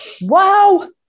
Wow